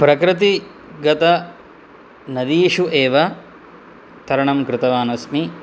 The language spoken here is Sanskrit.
प्रकृतिगतनदीषु एव तरणं कृतवान् अस्मि